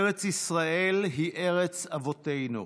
ארץ ישראל היא ארץ אבותינו.